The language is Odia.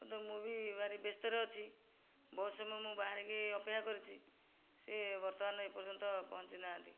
କିନ୍ତୁ ମୁଁ ବି ଭାରି ବ୍ୟସ୍ତରେ ଅଛି ବହୁତ ସମୟ ମୁଁ ବାହାରିକି ଅପେକ୍ଷା କରିଛି ସିଏ ବର୍ତ୍ତମାନ ଏପର୍ଯ୍ୟନ୍ତ ପହଞ୍ଚି ନାହାନ୍ତି